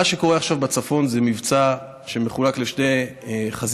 מה שקורה עכשיו בצפון זה מבצע שמחולק לשתי חזיתות,